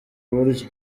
buryo